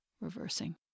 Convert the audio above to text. reversing